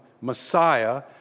Messiah